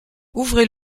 ouvrez